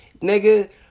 nigga